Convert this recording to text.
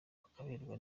bakaberwa